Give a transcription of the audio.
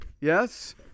Yes